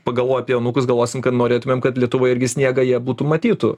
pagalvoja apie anūkus galvosim kad norėtumėm kad lietuvoj irgi sniegą jie būtų matytų